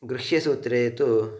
गृह्यसूत्रे तु